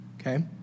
Okay